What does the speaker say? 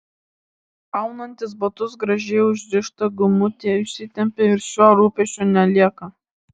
aunantis batus gražiai užrišta gumutė išsitempia ir šio rūpesčio nelieka